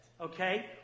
okay